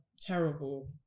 terrible